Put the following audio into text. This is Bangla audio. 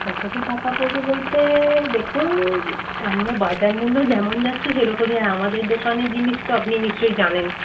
কত কি টাকা পরবে বলতে দেখুন বাজারমূল্য যেমন যাচ্ছে সেরকমই হয় আমাদের দোকানের জিনিস তো আপনি নিশ্চই জানেন